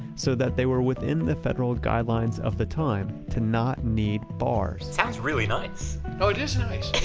so that they were within the federal guidelines of the time to not need bars sounds really nice oh, it is nice!